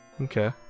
Okay